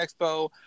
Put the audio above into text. expo